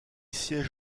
siège